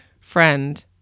friend